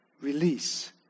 release